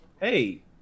hey